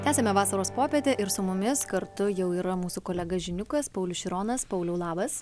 tęsiame vasaros popietę ir su mumis kartu jau yra mūsų kolega žiniukas paulius šironas pauliau labas